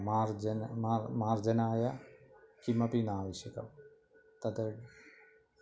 मार्जनं मार् मार्जनाय किमपि न आवश्यकम् तद्